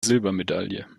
silbermedaille